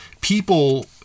people